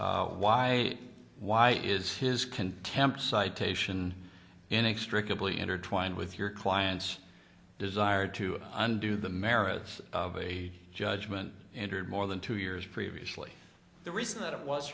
why why is his contempt citation inextricably intertwined with your client's desire to undo the merits of a judgment entered more than two years previously the reason that it was